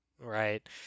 right